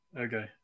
Okay